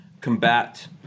combat